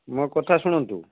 ମୋ କଥା ଶୁଣନ୍ତୁ